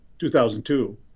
2002